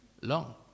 long